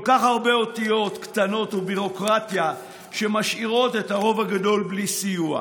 כל הרבה אותיות קטנות וביורוקרטיה שמשאירים את הרוב הגדול בלי סיוע,